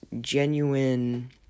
genuine